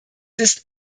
ist